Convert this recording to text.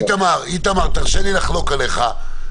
איתמר, תרשה לי לחלוק עליך.